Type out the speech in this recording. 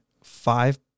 five